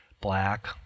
black